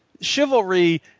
Chivalry